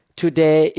today